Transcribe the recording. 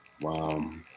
Wow